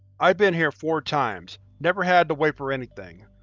i've been here four times, never had to wait for anything,